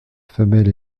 femelle